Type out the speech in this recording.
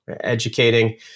educating